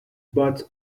but